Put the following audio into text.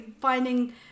finding